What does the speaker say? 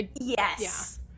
yes